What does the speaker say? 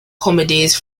comedies